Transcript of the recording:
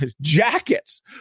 jackets